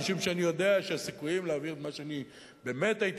משום שאני יודע שהסיכויים להעביר את מה שבאמת הייתי